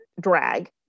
drag